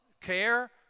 care